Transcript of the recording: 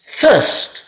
first